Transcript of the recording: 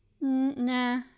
Nah